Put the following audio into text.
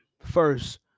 first